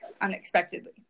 unexpectedly